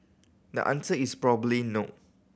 the answer is probably no